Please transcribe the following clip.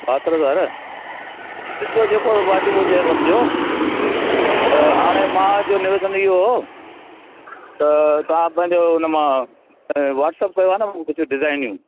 ॿाहतरि हज़ार ॾिसिजो जेको वाजिबु हुजे वठिजो त हाणे मुंहिंजो जो निवेदन इहो हो त तव्हां पंहिंजो हुनमां वट्सअप कयो हा न कुझु डिज़ाइनियूं